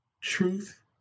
truth